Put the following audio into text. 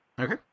Okay